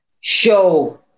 show